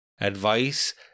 advice